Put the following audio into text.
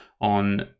on